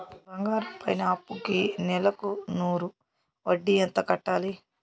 బంగారం పైన అప్పుకి నెలకు నూరు వడ్డీ ఎంత కట్టాలి?